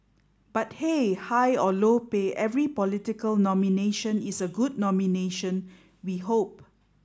but hey high or low pay every political nomination is a good nomination we hope